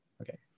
Okay